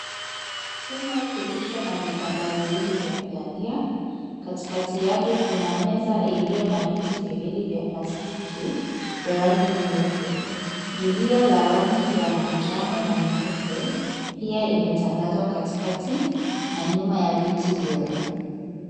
Chumba kilicho na vitanda viwili vya kulalia. Katikatiavyo kuna meza iliyo na viti viwili vya plastiki vya rangi nyeupe. Zulia la rangi ya manjano na nyeupe pia imetandazwa katikati na nyuma ya viti vile.